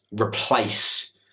replace